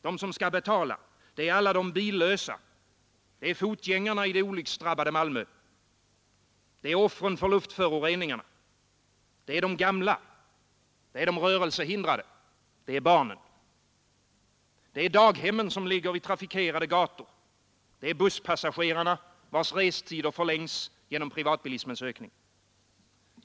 De som skall betala, det är alla de billösa, det är fotgängarna i det olycksdrabbade Malmö, det är offren för luftföroreningarna, det är de gamla, det är de rörelsehindrade, det är barnen. Det är daghemmen som ligger vid trafikerade gator, det är busspassagerarna, vilkas restider förlängs genom privatbilismens ökning.